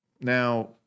Now